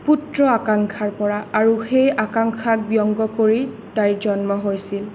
পুত্ৰ আকাংক্ষাৰ পৰা আৰু সেই আকাংক্ষাক ব্যংগ কৰি তাইৰ জন্ম হৈছিল